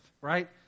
right